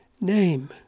name